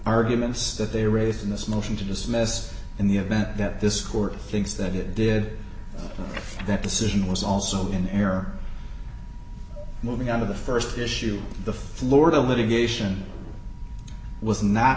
arguments that they raised in this motion to dismiss in the event that this court thinks that it did that decision was also in error moving out of the st issue of the florida litigation was not